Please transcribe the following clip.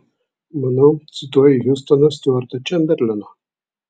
manau cituoji hiustoną stiuartą čemberleną